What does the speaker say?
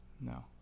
No